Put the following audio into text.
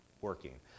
working